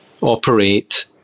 operate